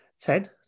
Ten